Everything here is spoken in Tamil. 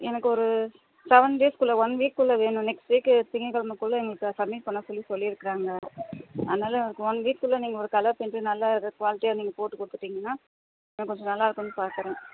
எனக்கு ஒரு செவன் டேஸ் குள்ளே ஒன் வீக் குள்ளே வேணும் நெக்ஸ்ட் வீக் திங்க கிழம உள்ளே எங்களுக்கு சம்மிட் பண்ண சொல்லி சொல்லிருக்குறாங்க அதனால எனக்கு ஒன் வீக் உள்ளே நீங்கள் ஒரு கலர் பிரிண்ட் நல்லா இது குவாலிட்டியாக நீங்கள் போட்டு கொடுத்துட்டிங்கனா எனக்கு கொஞ்சம் நல்லாருக்கும்னு பார்க்குறேன்